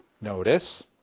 Notice